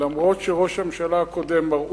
אף-על-פי שראש הממשלה הקודם, מר אולמרט,